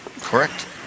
Correct